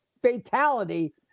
Fatality